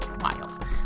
Wild